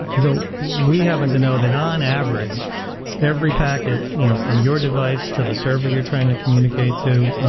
though we happen to know that on average every packet you know from your device, to the server you're trying to communicate to,